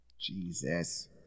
Jesus